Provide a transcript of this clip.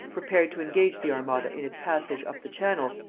prepared to engage the armada in its passage up the channel,